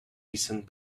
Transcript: recent